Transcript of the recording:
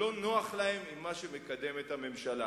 שלא נוח להם עם מה שמקדמת הממשלה.